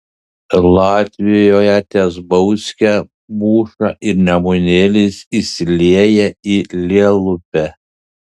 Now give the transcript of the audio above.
latvijoje ties bauske mūša ir nemunėlis įsilieja į lielupę